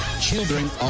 Children